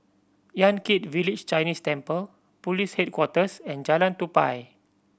Yan Kit Village Chinese Temple Police Headquarters and Jalan Tupai